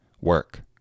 work